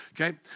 Okay